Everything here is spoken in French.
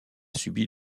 subi